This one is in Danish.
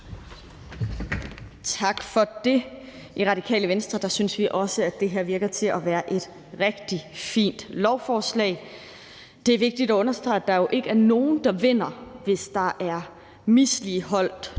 Tak for det. I Radikale Venstre synes vi også, at det her lader til at være et rigtig fint lovforslag. Det er vigtigt at understrege, at der jo ikke er nogen, der vinder, hvis der er misligholdt